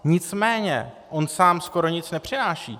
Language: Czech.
Nicméně on sám skoro nic nepřináší.